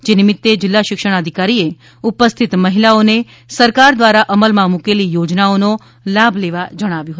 જે નિમિત્તે જિલ્લા શિક્ષણા ઘિકારીએ ઉપસ્થિત મહિલાઓને સરકાર દ્વારા અમલમાં મૂકેલી યોજનાઓનો લાભ લેવા જણાવ્યુ હતું